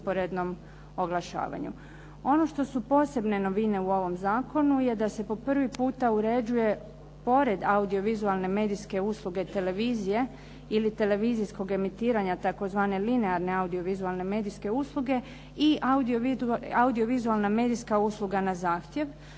Ono što su posebne novine u ovom zakonu je da se po prvi puta uređuje pored audio-vizualne medijske usluge i televizije ili televizijskog emitiranja tzv. linearne audio-vizualne medijske usluge i audio-vizualna medijska usluga na zahtjev,